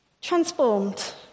Transformed